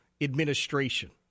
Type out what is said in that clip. Administration